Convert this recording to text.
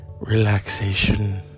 relaxation